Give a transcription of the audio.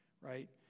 right